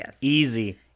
Easy